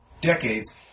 decades